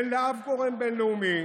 אין לאף גורם בין-לאומי